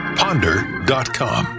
ponder.com